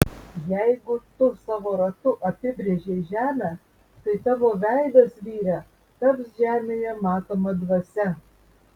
jeigu tu savo ratu apibrėžei žemę tai tavo veidas vyre taps žemėje matoma dvasia